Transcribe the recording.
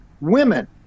women